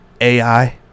AI